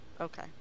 Okay